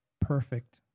perfect